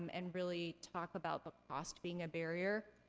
um and really talk about the cost being a barrier,